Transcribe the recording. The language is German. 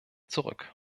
zurück